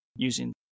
Using